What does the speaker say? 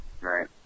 Right